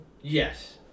Yes